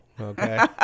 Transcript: okay